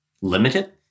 limited